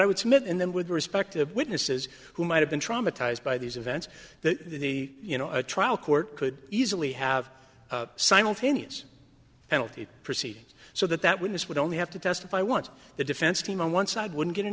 i would submit and then with respect to witnesses who might have been traumatized by these events that the you know a trial court could easily have simultaneous penalty proceedings so that that witness would only have to testify want the defense team on one side wouldn't get an